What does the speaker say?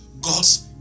God's